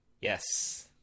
Yes